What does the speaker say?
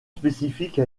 spécifique